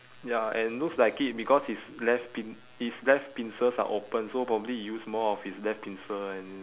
ya and looks like it because its left pin~ its left pincers are open so probably use more of its left pincer and